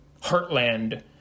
heartland